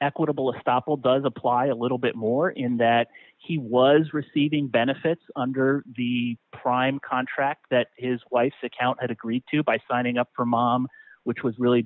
equitable stoppel does apply a little bit more in that he was receiving benefits under the prime contract that his wife's account had agreed to by signing up her mom which was really